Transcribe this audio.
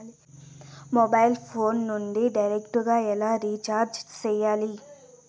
mobile phone నుండి direct గా ఎలా రీచార్జి సేయాలి